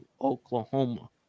Oklahoma